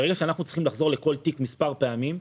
ברגע שאנחנו צריכים לחזור לכל תיק מספר פעמים,